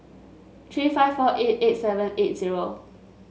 three five four eight eight seven eight zero